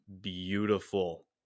beautiful